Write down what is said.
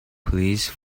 please